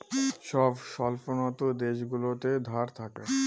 সব স্বল্পোন্নত দেশগুলোতে ধার থাকে